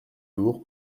door